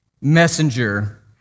messenger